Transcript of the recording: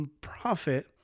profit